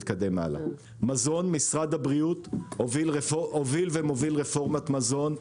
מזון - משרד הבריאות הוביל ומוביל רפורמת מזון,